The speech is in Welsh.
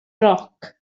roc